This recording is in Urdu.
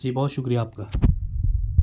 جی بہت شکریہ آپ کا